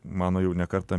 mano jau ne kartą